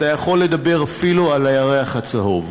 אתה יכול לדבר אפילו על הריח הצהוב,